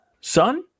son